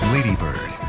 Ladybird